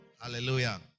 Hallelujah